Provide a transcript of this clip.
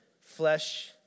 flesh